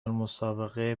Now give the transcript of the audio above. مسابقه